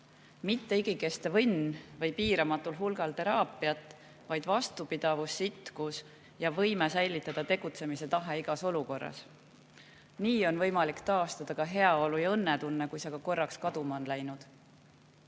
Mitte igikestev õnn või piiramatul hulgal teraapiat, vaid vastupidavus, sitkus ja võime säilitada tegutsemistahe igas olukorras. Nii on võimalik taastada ka heaolu‑ ja õnnetunne, kui see korraks on kaduma läinud.